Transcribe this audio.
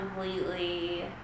completely